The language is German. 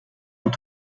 und